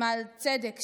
למען צדק,